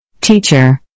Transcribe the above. Teacher